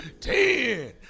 Ten